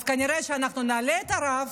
אז כנראה שאנחנו נעלה את הרף.